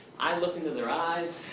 i looked into their eyes,